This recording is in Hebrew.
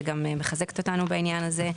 שגם מחזקת אותנו בעניין הזה.